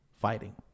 fighting